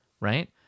right